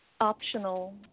optional